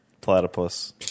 Platypus